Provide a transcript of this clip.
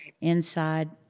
inside